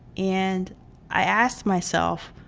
and i asked myself,